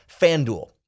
FanDuel